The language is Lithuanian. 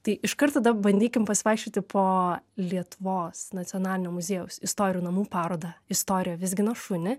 tai iškart tada bandykim pasivaikščioti po lietuvos nacionalinio muziejaus istorijų namų parodą istorija vizgina šunį